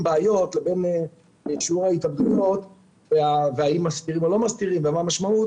בעיות לבין התאבדויות והאם מסתירים או לא מסתירים ומה המשמעות